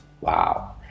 Wow